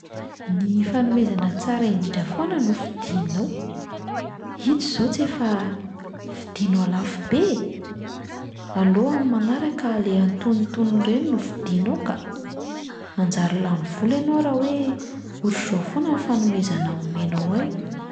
“Ny fanomezana tsara indrindra foana no fidinao. Ito izao tsy efa vidianao lafo be? Aleo amin'ny manaraka le antonontonony ireny no vidianao ka! Manjary lany vola ianao raha hoe ohatr'izao foana ny fanomezana omenao ahy."